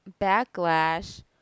backlash